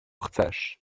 chcesz